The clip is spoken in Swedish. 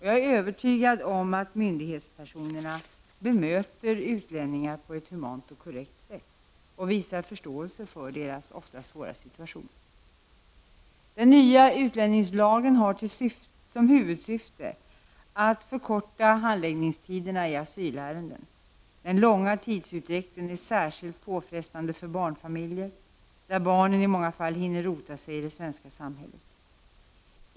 Jag är övertygad om att myndighetspersonerna bemöter utlänningarna på ett humant och korrekt sätt och visar förståelse för deras ofta svåra situation. Den nya utlänningslagen har som huvudsyfte att förkorta handläggningstiderna för asylärenden. Den långa tidsutdräkten är särskilt påfrestande för barnfamiljer där barnen i många fall hinner rota sig i det svenska samhället.